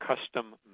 Custom